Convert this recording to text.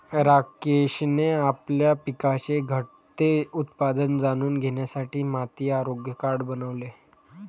राकेशने आपल्या पिकाचे घटते उत्पादन जाणून घेण्यासाठी माती आरोग्य कार्ड बनवले